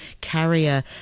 carrier